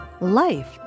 Life